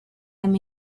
them